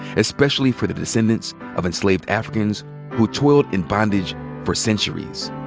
especially for the descendants of enslaved africans who toiled in bondage for centuries,